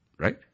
right